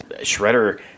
Shredder